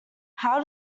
how